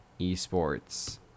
esports